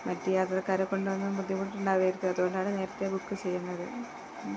മറ്റു യാത്രക്കാരെ കൊണ്ടൊന്നും ബുദ്ധിമുട്ടുണ്ടാവരുത് അതുകൊണ്ടാണു നേരത്തെ ബുക്ക് ചെയ്യുന്നത്